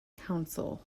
council